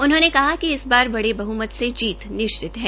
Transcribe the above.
उन्होंने कहा कि इस बार बड़े बहमत से जीत निश्चित है